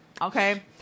Okay